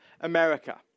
America